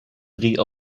drie